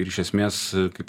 ir iš esmės kaip